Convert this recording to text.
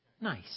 Nice